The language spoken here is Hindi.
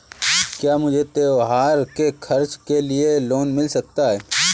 क्या मुझे त्योहार के खर्च के लिए लोन मिल सकता है?